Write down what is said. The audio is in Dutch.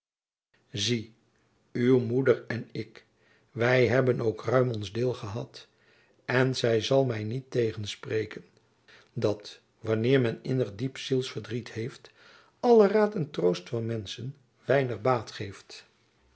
zie uw moeder en ik wy hebben ook ruim ons deel gehad en zy zal my niet tegenspreken dat wanneer men innig diep zielsverdriet heeft alle raad en troost van menschen weinig baat geeft